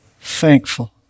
thankful